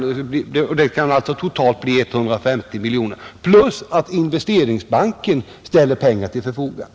Det kan alltså totalt bli fråga om 150 miljoner, och dessutom ställer Investeringsbanken pengar till förfogande.